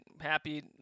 happy